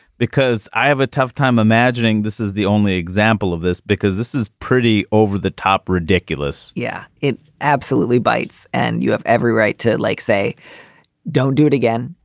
because i have a tough time imagining this is the only example of this, because this is pretty over the top. ridiculous yeah, it absolutely bites. and you have every right to like say don't do it again.